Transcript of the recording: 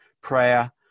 prayer